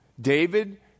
David